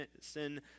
sin